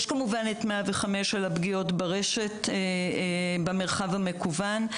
יש כמובן את 105 של הפגיעות ברשת במרחב המקוון,